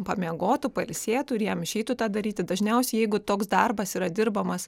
pamiegotų pailsėtų ir jam išeitų tą daryti dažniausiai jeigu toks darbas yra dirbamas